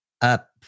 up